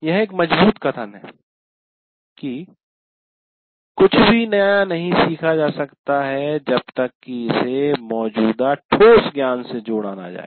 यह एक मजबूत कथन है कुछ भी नया नहीं सीखा जा सकता है जब तक कि इसे मौजूदा ठोस ज्ञान से जोड़ा न जाए